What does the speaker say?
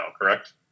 correct